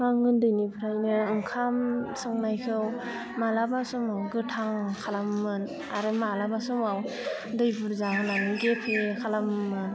आं उन्दैनिफ्रायनो ओंखाम संनायखौ मालाबा समाव गोथां खालामोमोन आरो मालाबा समाव दै बुरजा होनानै गेफे खालामोमोन